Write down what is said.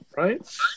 right